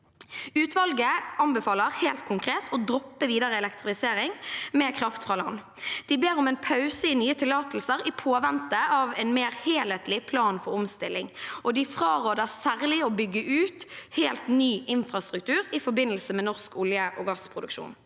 Utvalget anbefaler, helt konkret, å droppe videre elektrifisering med kraft fra land. De ber også om en pause i nye tillatelser, i påvente av en mer helhetlig plan for omstilling. De fraråder særlig å bygge ut helt ny infrastruktur i forbindelse med norsk olje- og gassproduksjon.